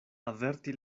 averti